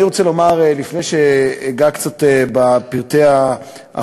אני רוצה לומר, לפני שאגע קצת בפרטי החוק: